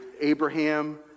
Abraham